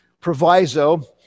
proviso